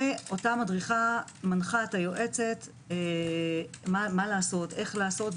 ואותה מנחה מדריכה את היועצת מה לעשות ואיך לעשות,